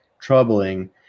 troubling